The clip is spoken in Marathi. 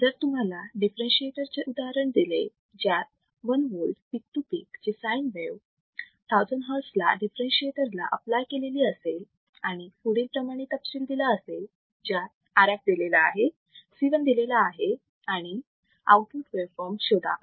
जर तुम्हाला डिफरेंशीएटर चे उदाहरण दिले ज्यात 1 volt peak to peak ची साइन वेव 1000 hertz ला डिफरेंशीएटर ला आपलाय केली असेल आणि पुढील प्रमाणे तपशील दिला असेल ज्यात RF दिलेला आहे C 1 दिलेला आहे तर आउटपुट वेवफॉर्म शोधा